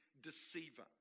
deceiver